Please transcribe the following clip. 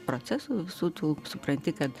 procesų visų tų supranti kad